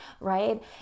right